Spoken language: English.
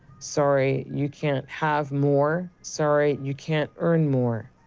sorry, you can't have more. sorry, you can't earn more.